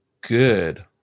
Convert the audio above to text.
good